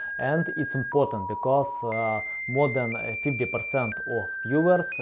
and it's important because more than fifty percent or fewer, so